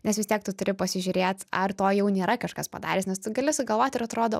nes vis tiek tu turi pasižiūrėt ar to jau nėra kažkas padaręs nes tu gali sugalvot ir atrodo